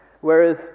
whereas